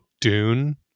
Dune